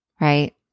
right